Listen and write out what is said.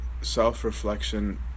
self-reflection